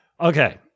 Okay